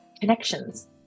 connections